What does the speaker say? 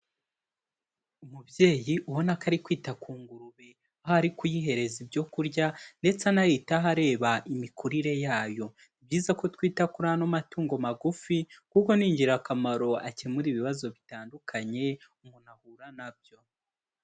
Umubyeyi ubona ko ari kwita ku ngurube aho ari kuyihereza ibyo kurya ndetse anayitaho areba imikurire yayo. Ni byiza ko twita kuri ano matungo magufi, kuko ni ingirakamaro akemura ibibazo bitandukanye umuntu ahura na byo.